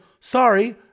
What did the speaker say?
sorry